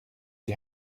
die